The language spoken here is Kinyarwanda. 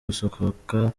gusohoka